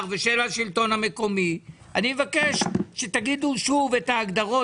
ושל השלטון המקומי שתגידו שוב את ההגדרות,